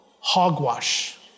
hogwash